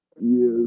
Yes